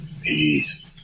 Peace